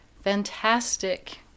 fantastic